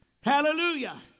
Hallelujah